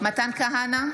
מתן כהנא,